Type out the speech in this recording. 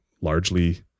largely